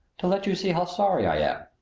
to let you see how sorry i am.